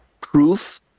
proof